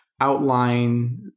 outline